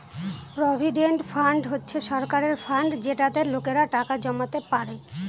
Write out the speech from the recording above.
provident fund হচ্ছে সরকারের fund যেটাতে লোকেরা টাকা জমাতে পারে